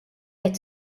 qed